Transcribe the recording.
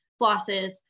flosses